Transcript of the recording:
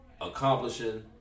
accomplishing